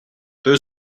peu